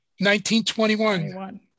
1921